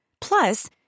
Plus